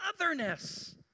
otherness